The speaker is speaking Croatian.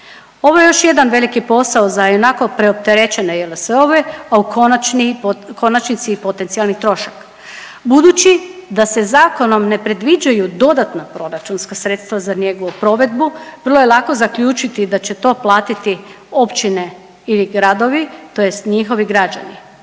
Ovo je još jedan veliki posao za ionako preopterećene JLSO-ove, a u konačnici i potencijalni trošak. Budući da se zakonom ne predviđaju dodatna proračunska sredstva za njegovu provedbu vrlo je lako zaključiti da će to platiti općine ili gradovi, tj. njihovi građani,